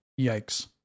Yikes